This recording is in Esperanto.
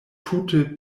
tute